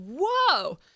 Whoa